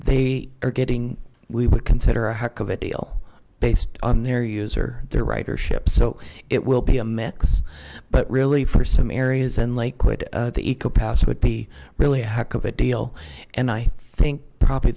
they are getting we would consider a heck of a deal based on their user their ridership so it will be a mix but really for some areas in lakewood the eco pass would be really a heck of a deal and i think probably